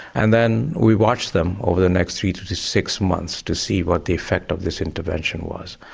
and then we watched them over the next three to to six months to see what the effect of this intervention was.